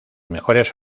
mejores